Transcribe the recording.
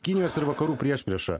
kinijos ir vakarų priešprieša